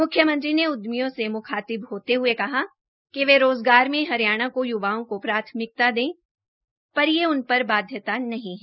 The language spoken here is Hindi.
मुख्यमंत्री ने उद्यमियों से मुखातिब होते हुए कहा कि वे रोजगार में हरियाणा के युवाओं को प्राथमिकता दें पर ये उनपर बाध्यता नहीं है